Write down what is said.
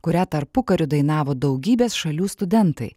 kurią tarpukariu dainavo daugybės šalių studentai